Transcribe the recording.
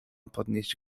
podnieść